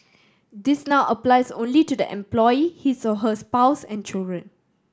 this now applies only to the employee his or her spouse and children